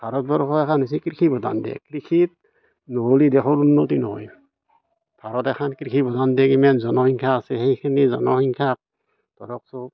ভাৰতবৰ্ষ হৈছে এখন কৃষি প্ৰধান দেশ কৃষিত নহ'লে দেখোন উন্নতি নহয় ভাৰত এখন কৃষি প্ৰধান দেশ ইমান জনসংখ্যা আছে সেইখিনি জনসংখ্যা ধৰক চব